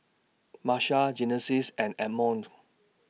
Marsha Genesis and Edmond